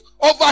over